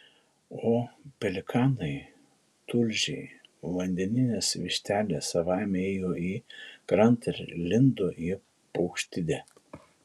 o pelikanai tulžiai vandeninės vištelės savaime ėjo į krantą ir lindo į paukštidę